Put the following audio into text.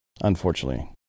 Unfortunately